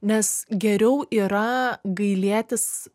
nes geriau yra gailėtis